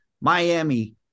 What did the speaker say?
Miami